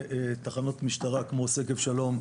תחנות משטרה כמו שגב שלום,